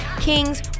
Kings